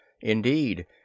Indeed